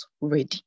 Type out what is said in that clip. ready